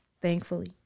thankfully